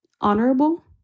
honorable